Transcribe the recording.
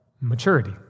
maturity